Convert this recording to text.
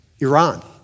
Iran